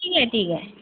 ठीक आहे ठीक आहे